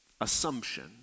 assumption